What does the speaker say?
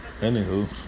Anywho